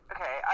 Okay